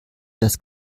das